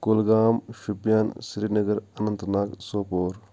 Kulgam Shopian Srinagar Anant Nag Sopore